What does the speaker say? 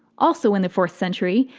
also in the fourth century,